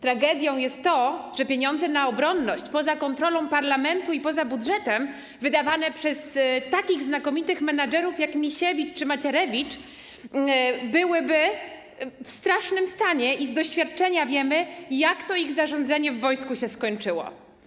Tragedią jest to, że pieniądze na obronność poza kontrolą parlamentu i poza budżetem wydawane przez takich znakomitych menedżerów jak Misiewicz czy Macierewicz byłyby w strasznym stanie i z doświadczenia wiemy, jak to ich zarządzanie w wojsku się skończyło.